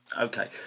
Okay